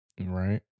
right